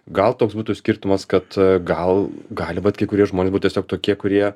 gal toks būtų skirtumas kad gal gali vat kai kurie žmonės būt tiesiog tokie kurie